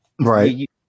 Right